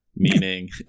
meaning